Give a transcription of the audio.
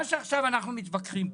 אנחנו מתווכחים פה.